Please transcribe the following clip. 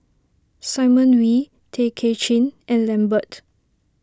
Simon Wee Tay Kay Chin and Lambert